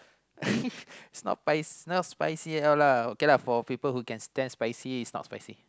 it's not spice it's not spicy at all lah okay lah for people who can stand spicy it's not spicy